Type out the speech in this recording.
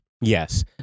yes